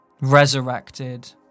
resurrected